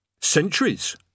Centuries